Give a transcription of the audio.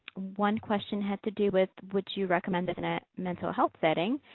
one question had to do with. would you recommend it in a mental health setting,